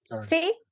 See